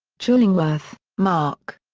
chillingworth, mark.